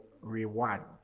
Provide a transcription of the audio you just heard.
reward